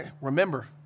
Remember